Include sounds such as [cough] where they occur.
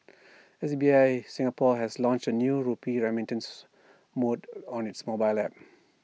[noise] S B I Singapore has launched A new rupee remittance mode on its mobile app